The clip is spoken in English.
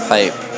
Pipe